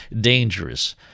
dangerous